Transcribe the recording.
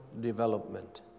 development